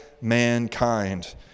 mankind